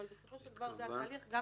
אבל בסופו של דבר זה התהליך.